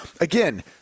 again